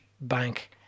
bank